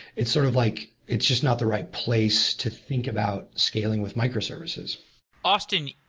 it's sort of like it's just not the right place to think about scaling with microservices austin,